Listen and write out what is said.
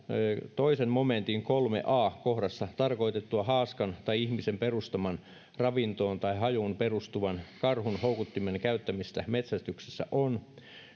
toisen momentin kolme a alakohdassa tarkoitettua haaskan tai ihmisen perustaman ravintoon tai hajuun perustuvan karhun houkuttimen käyttämistä metsästyksessä on